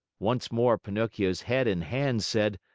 once more, pinocchio's head and hands said,